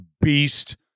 beast